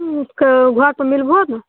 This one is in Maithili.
घर पर मिलबहो ने